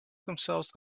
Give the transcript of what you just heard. themselves